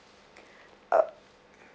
uh